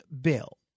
bill